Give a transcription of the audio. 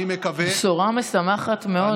אני מקווה, זו בשורה משמחת מאוד,